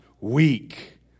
weak